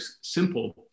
simple